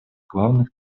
главных